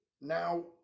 Now